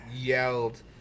yelled